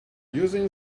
using